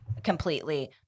completely